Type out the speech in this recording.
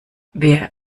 wer